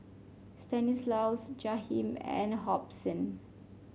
Stanislaus Jahiem and Hobson